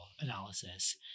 analysis